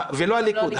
ולא הליכוד.